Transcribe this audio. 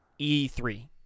E3